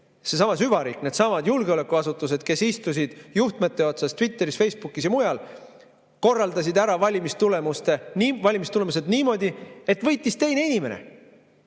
seesama süvariik, needsamad julgeolekuasutused, kes istusid juhtmete otsas Twitteris, Facebookis ja mujal, korraldasid ära valimistulemused niimoodi, et võitis teine inimene.